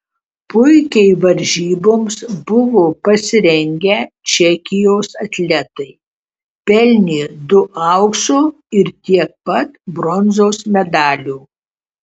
puikiai varžyboms buvo pasirengę čekijos atletai pelnė du aukso ir tiek pat bronzos medalių